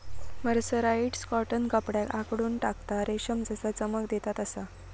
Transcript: mercerised cotton कपड्याक आखडून टाकता, रेशम जसा चमक देता तसा